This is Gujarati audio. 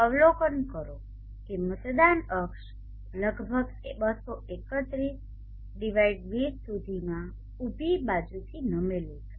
અવલોકન કરો કે મતદાન અક્ષ લગભગ 23120 સુધીમાં ઉભી બાજુથી નમેલું છે